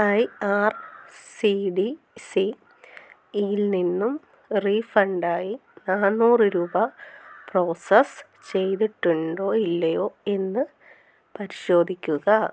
I R C D C ഇൽ നിന്നും റീഫണ്ടായി നാന്നൂറ് രൂപ പ്രോസസ്സ് ചെയ്തിട്ടുണ്ടോ ഇല്ലയോ എന്ന് പരിശോധിക്കുക